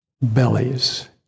bellies